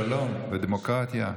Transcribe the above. שלום ודמוקרטיה?